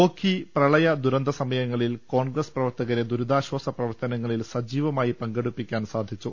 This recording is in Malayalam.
ഓഖി പ്രളയ ദുരന്ത സമയങ്ങളിൽ കോൺഗ്രസ് പ്ര വർത്തകരെ ദുരിതാശ്വാസ പ്രവർത്തനങ്ങളിൽ സജീവമായി പങ്കെടുപ്പിക്കാൻ സാധിച്ചു